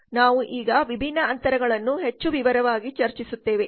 ನಾವು ಈಗ ವಿಭಿನ್ನ ಅಂತರಗಳನ್ನು ಹೆಚ್ಚು ವಿವರವಾಗಿ ಚರ್ಚಿಸುತ್ತೇವೆ